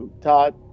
Todd